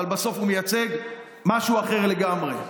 אבל בסוף הוא מייצג משהו אחר לגמרי.